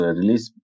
release